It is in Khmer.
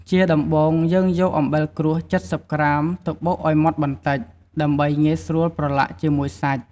ជាដំំបូង យើងយកអំបិលក្រួស ៧០ក្រាម ទៅបុកឱ្យម៉ដ្ដបន្តិច ដើម្បីងាយស្រួលប្រឡាក់ជាមួយសាច់។